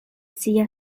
sia